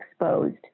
exposed